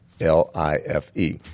l-i-f-e